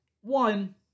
One